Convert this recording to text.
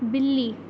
بلّی